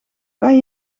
kan